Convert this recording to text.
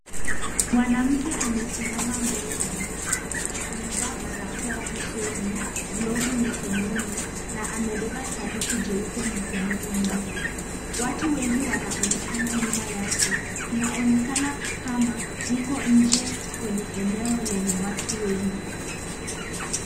Mwanamke amesimama mbele ya duka amevaa barakoa usoni glovu mikononi na amebeba sanduku jeupe mkononi mwake watu wengi wanaonekana nyuma yake inaonekana kama yuko nje kwenye eneo lenye watu wengi.